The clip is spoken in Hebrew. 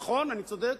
נכון, אני צודק?